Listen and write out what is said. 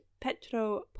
Petro